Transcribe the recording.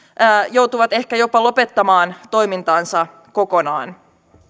joutuvat ehkä jopa lopettamaan toimintansa kokonaan